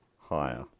higher